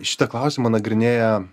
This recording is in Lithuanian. šitą klausimą nagrinėja